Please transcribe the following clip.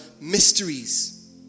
mysteries